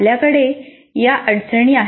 आपल्याकडे या अडचणी आहेत